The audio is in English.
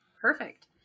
Perfect